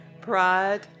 pride